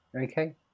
Okay